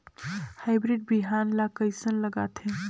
Hybrid बिहान ला कइसन लगाथे?